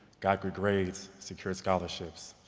got good grades, secured scholarships,